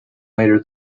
later